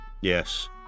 Yes